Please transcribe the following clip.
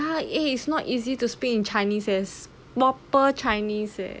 ya eh it's not easy to speak in chinese eh is proper chinese eh